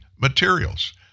materials